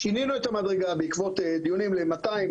שינינו את המדרגה בעקבות דיונים ל-200,